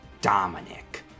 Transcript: Dominic